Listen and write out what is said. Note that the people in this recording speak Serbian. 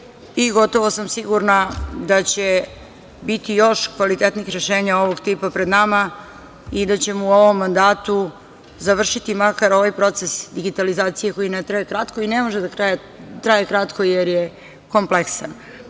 i gotovo sam sigurna da će biti još kvalitetnijih rešenja ovog tipa pred nama i da ćemo u ovom mandatu završiti makar ovaj proces digitalizacije koji ne traje kratko i ne može da traje kratko jer je kompleksan.